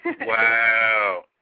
Wow